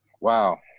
Wow